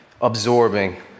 absorbing